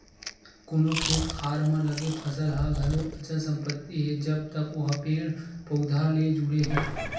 कोनो खेत खार म लगे फसल ह घलो अचल संपत्ति हे जब तक ओहा पेड़ पउधा ले जुड़े हे